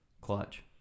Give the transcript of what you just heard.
clutch